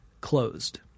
closed